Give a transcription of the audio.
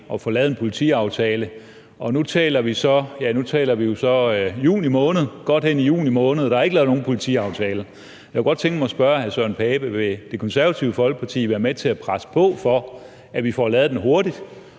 at få lavet en politiaftale, og nu er vi så et godt stykke inde i juni måned, og der er ikke lavet nogen politiaftale. Jeg kunne godt tænke mig at spørge hr. Søren Pape Poulsen, om Det Konservative Folkeparti vil være med til at presse på for, at vi får lavet den hurtigt,